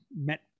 met